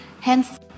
hence